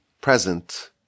present